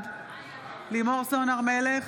בעד לימור סון הר מלך,